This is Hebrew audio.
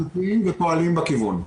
אנחנו מסכימים לחלוטין ופועלים בכיוון.